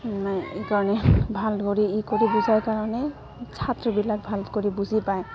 এই এই কাৰণে ভাল কৰি ই কৰি বুজায় কাৰণে ছাত্ৰীবিলাক ভাল কৰি বুজি পায়